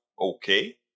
Okay